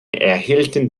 erhielten